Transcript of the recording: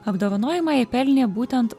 apdovanojimą ji pelnė būtent